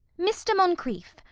mr. moncrieff,